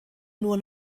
nur